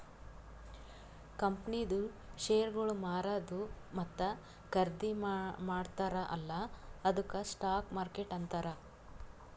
ಕಂಪನಿದು ಶೇರ್ಗೊಳ್ ಮಾರದು ಮತ್ತ ಖರ್ದಿ ಮಾಡ್ತಾರ ಅಲ್ಲಾ ಅದ್ದುಕ್ ಸ್ಟಾಕ್ ಮಾರ್ಕೆಟ್ ಅಂತಾರ್